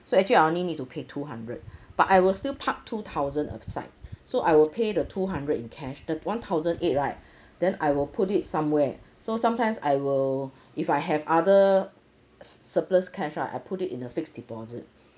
so actually I only need to pay two hundred but I will still park two thousand aside so I will pay the two hundred in cash the one thousand eight right then I will put it somewhere so sometimes I will if I have other surplus cash right I put it in a fixed deposit